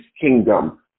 kingdom